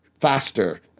faster